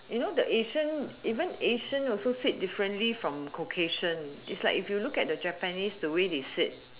you know the asian even asian also sit different from Caucasian is like if you look at the japanese the way they sit